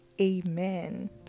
amen